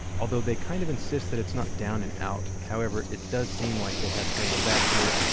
although they kind of insist that it's not down and out, however it does seem like they have turned their back to it.